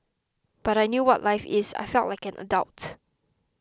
but I knew what life is I felt like an adult